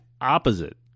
opposite